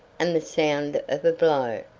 and the sound of a blow,